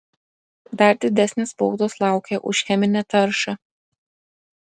dar didesnės baudos laukia už cheminę taršą